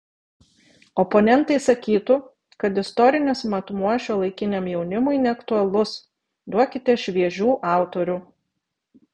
oponentai sakytų kad istorinis matmuo šiuolaikiniam jaunimui neaktualus duokite šviežių autorių